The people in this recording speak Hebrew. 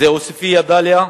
זה עוספיא-דאליה,